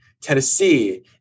Tennessee